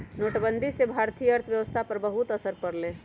नोटबंदी से भारतीय अर्थव्यवस्था पर बहुत असर पड़ लय